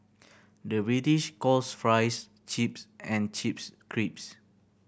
the British calls fries chips and chips crisps